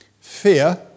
fear